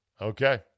Okay